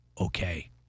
okay